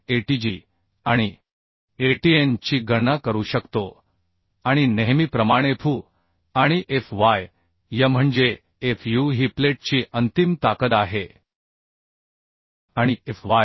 ATg आणि ATn ची गणना करू शकतो आणि नेहमीप्रमाणेFu आणि Fyम्हणजे Fuही प्लेटची अंतिम ताकद आहे आणि Fy